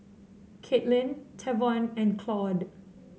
Katelynn Tavon and Claude